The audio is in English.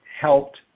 helped